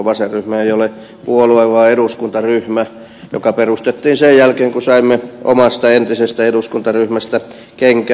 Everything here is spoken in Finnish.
vasenryhmä ei ole puolue vaan eduskuntaryhmä joka perustettiin sen jälkeen kun saimme omasta entisestä eduskuntaryhmästämme kenkää